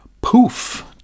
poof